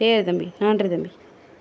சரி தம்பி நன்றி தம்பி